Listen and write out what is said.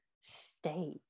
state